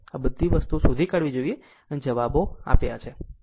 આ બધી વસ્તુ શોધવી જોઈએ અને જવાબો આપ્યા છે